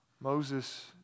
Moses